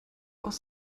aus